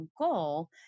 goal